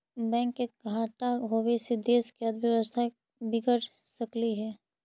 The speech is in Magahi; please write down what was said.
बैंक के घाटा होबे से देश के अर्थव्यवस्था बिगड़ सकलई हे